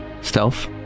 stealth